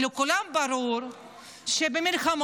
כי לכולם ברור שבמלחמות,